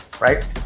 right